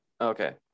Okay